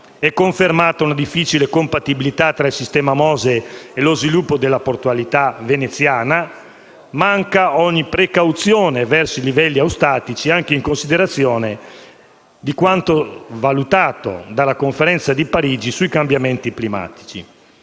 È confermata una difficile compatibilità tra il sistema MOSE e lo sviluppo della portualità veneziana. Manca ogni precauzione verso i livelli eustatici, anche in considerazione di quanto valutato dalla Conferenza di Parigi sui cambiamenti climatici.